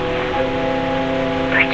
and i